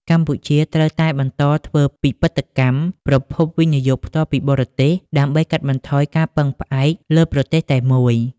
កម្ពុជាត្រូវតែបន្តធ្វើពិពិធកម្ម "ប្រភព វិនិយោគផ្ទាល់ពីបរទេស" ដើម្បីកាត់បន្ថយការពឹងផ្អែកលើប្រទេសតែមួយ។